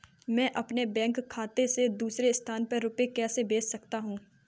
मैं अपने बैंक खाते से दूसरे स्थान पर रुपए कैसे भेज सकता हूँ?